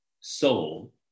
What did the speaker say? soul